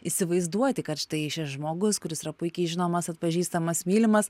įsivaizduoti kad štai šis žmogus kuris yra puikiai žinomas atpažįstamas mylimas